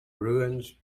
ruins